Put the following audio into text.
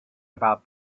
about